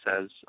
says